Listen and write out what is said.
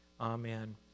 Amen